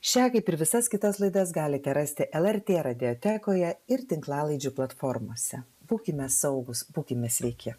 šią kaip ir visas kitas laidas galite rasti lrt radiotekoje ir tinklalaidžių platformose būkime saugūs būkime sveiki